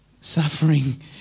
Suffering